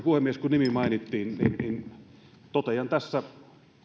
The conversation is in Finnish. puhemies kun nimi mainittiin niin totean tässä